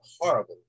horrible